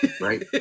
Right